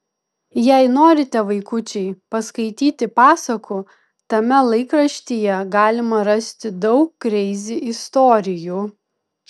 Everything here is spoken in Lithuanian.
jei norite vaikučiai paskaityti pasakų tame laikraštyje galima rasti daug kreizi istorijų